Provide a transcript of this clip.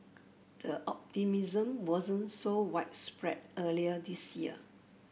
the optimism wasn't so widespread earlier this year